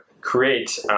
create